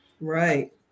Right